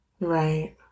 Right